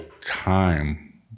time